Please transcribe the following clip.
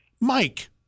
Mike